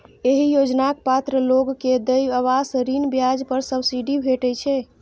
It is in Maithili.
एहि योजनाक पात्र लोग कें देय आवास ऋण ब्याज पर सब्सिडी भेटै छै